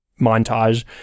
montage